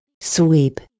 Sweep